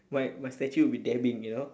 my my statue would be dabbing you know